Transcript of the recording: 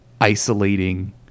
Isolating